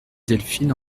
delphine